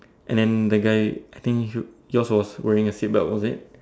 and then the guy I think your yours was wearing a seat belt was it